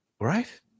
Right